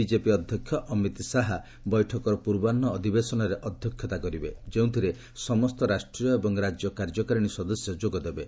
BJP ଅଧ୍ୟକ୍ଷ ଅମିତ ଶାହା ବୈଠକର ପୂର୍ବାହ୍ନ ଅଧିବେଶନରେ ଅଧ୍ୟକ୍ଷତା କରିବେ ଯେଉଁଥିରେ ସମସ୍ତ ରାଷ୍ଟ୍ରୀୟ ଏବଂ ରାଜ୍ୟ କାର୍ଯ୍ୟକାରିଣୀ ସଦସ୍ୟ ଯୋଗଦେବେ